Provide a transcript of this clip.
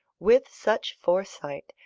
with such foresight,